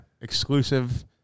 exclusive